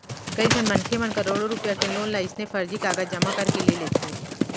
कइझन मनखे मन करोड़ो रूपिया के लोन ल अइसने फरजी कागज जमा करके ले लेथे